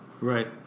Right